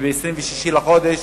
ב-26 בחודש